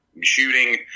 shooting